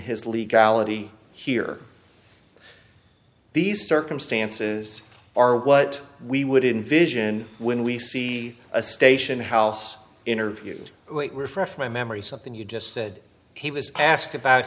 his legality here these circumstances are what we would invision when we see a station house interview wait refresh my memory something you just said he was asked about